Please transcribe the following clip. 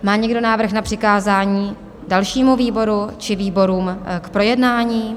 Má někdo návrh na přikázání dalšímu výboru či výborům k projednání?